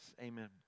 Amen